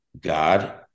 God